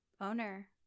owner